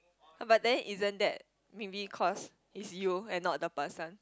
but then isn't that maybe cause is you and not the person